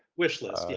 wish list? yeah